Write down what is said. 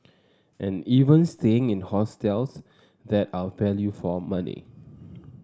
and even staying in hostels that are value for money